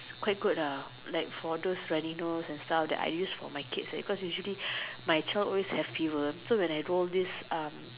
quite good lah like for those running nose and stuff that I use for my kids cause usually my child always have fever so when I go this um